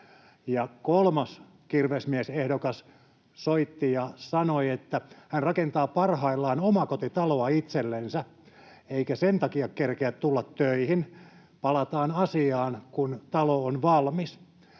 Kolmas kirvesmiesehdokas soitti ja sanoi, että hän rakentaa parhaillaan omakotitaloa itsellensä eikä sen takia kerkeä tulla töihin — palataan asiaan, kun talo on valmis.